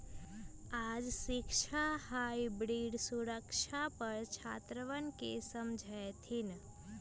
आज शिक्षक हाइब्रिड सुरक्षा पर छात्रवन के समझय थिन